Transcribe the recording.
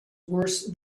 worse